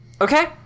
Okay